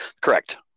correct